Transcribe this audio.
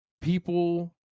people